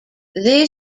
they